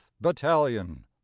Battalion